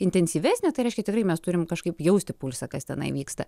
intensyvesnė tai reiškia tikrai mes turim kažkaip jausti pulsą kas tenai vyksta